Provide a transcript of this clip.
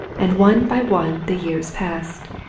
and one by one the years passed.